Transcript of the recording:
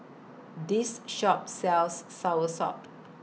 This Shop sells Soursop